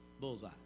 Bullseye